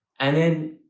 and then,